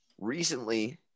Recently